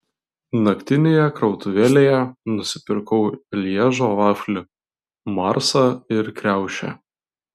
naktinėje krautuvėlėje nusipirkau lježo vaflių marsą ir kriaušę